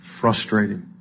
frustrating